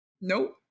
Nope